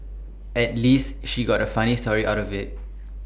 at least she got A funny story out of IT